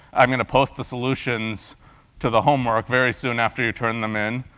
i'm going to post the solutions to the homework very soon after you turn them in.